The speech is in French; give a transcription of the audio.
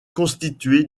constitué